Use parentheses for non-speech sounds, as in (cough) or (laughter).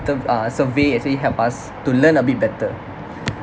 terms uh survey actually helped us to learn a bit better (breath)